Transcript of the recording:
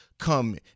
come